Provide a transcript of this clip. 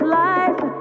life